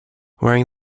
wearing